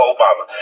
Obama